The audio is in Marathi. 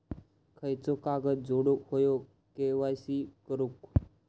खयचो कागद जोडुक होयो के.वाय.सी करूक?